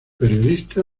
periodista